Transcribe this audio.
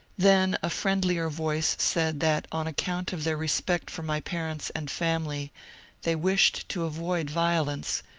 then a friend lier voice said that on account of their respect for my parents and family they wished to avoid violence,